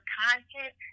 content